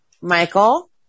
Michael